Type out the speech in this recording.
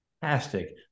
fantastic